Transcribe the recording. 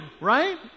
right